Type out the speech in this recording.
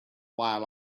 while